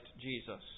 Jesus